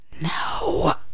No